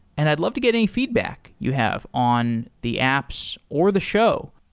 and i'd love to get any feedback you have on the apps or the show.